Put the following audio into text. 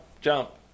jump